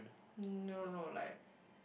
no no like